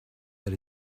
that